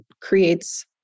creates